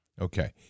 Okay